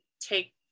take